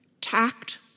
tact